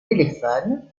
téléphone